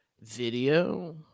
video